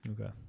Okay